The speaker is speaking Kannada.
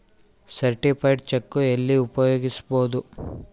ಸರ್ಟಿಫೈಡ್ ಚೆಕ್ಕು ಎಲ್ಲಿ ಉಪಯೋಗಿಸ್ಬೋದು?